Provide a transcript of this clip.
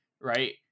right